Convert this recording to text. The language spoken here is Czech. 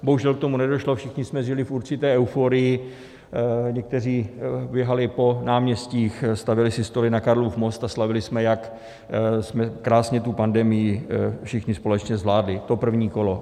Bohužel k tomu nedošlo, všichni jsme žili v určité euforii, někteří běhali po náměstích, stavěli si stoly na Karlův most a slavili jsme, jak jsme krásně tu pandemii všichni společně zvládli, to první kolo.